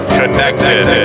connected